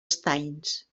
estanys